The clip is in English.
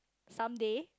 someday